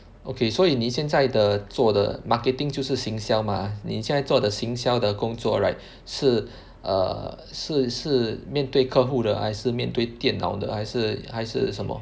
okay 所以你现在的做的 marketing 就是营销 mah 你现在做的营销的工作 right 是 err 是是面对客户的还是面对电脑的还是还是什么